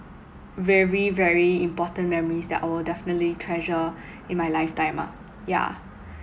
very very important memories that I will definitely treasure in my life time ah yeah